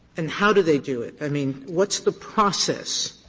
and how do they do it? i mean, what's the process?